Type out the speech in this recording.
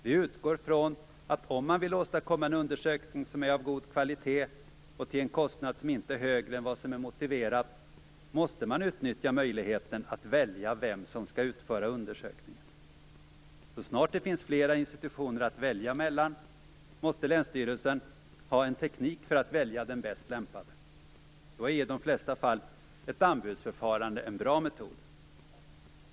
Vi utgår från att om man vill åstadkomma en undersökning som är av god kvalitet och till en kostnad som inte är högre än vad som är motiverat, måste man utnyttja möjligheten att välja vem som skall utföra undersökningen. Så snart det finns flera institutioner att välja mellan måste länsstyrelsen ha en teknik för att välja den bäst lämpade. Då är i de flesta fall ett anbudsförfarande en bra metod.